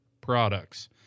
products